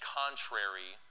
contrary